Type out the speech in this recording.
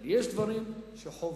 אבל יש דברים שחובתנו,